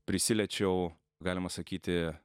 prisiliečiau galima sakyti